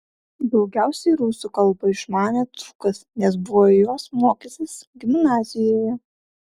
daugiausiai rusų kalbą išmanė dzūkas nes buvo jos mokęsis gimnazijoje